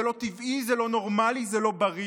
זה לא טבעי, זה לא נורמלי, זה לא בריא.